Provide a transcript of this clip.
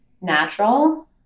natural